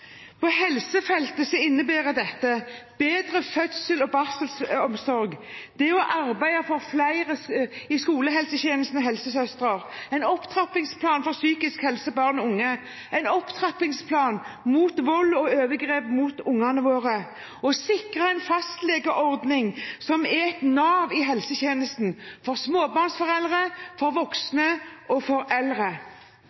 På helsefeltet innebærer dette bedre fødsels- og barselomsorg, å arbeide for flere i skolehelsetjenesten og flere helsesøstre, en opptrappingsplan for barn og unges psykiske helse, en opptrappingsplan mot vold og overgrep mot ungene våre og å sikre en fastlegeordning som er et nav i helsetjenesten – for småbarnsforeldre, for